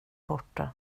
borta